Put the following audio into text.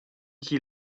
chi